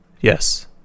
Yes